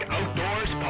Outdoors